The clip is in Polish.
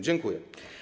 Dziękuję.